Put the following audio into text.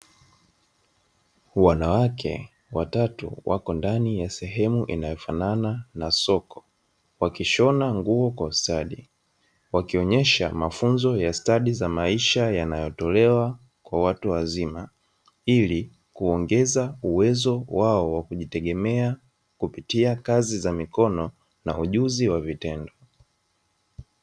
Wanawake watatu wako ndani ya sehemu inayofanana na soko, wakishona nguo kwa ustadi. Wakionyesha mafunzo ya stadi za maisha yanayotolewa kwa watu wazima, ili kuongeza uwezo wao wa kujitegemea kupitia kazi za mikono na ujuzi wa vitendo.